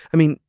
i mean,